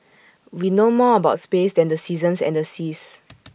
we know more about space than the seasons and the seas